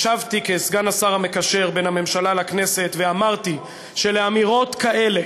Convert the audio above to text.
השבתי כסגן השר המקשר בין הממשלה לכאן ואמרתי שלאמירות כאלה